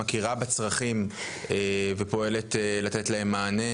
שמכירה בצרכים ופועלת כדי לתת להם מענה.